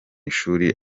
ishuli